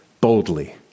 boldly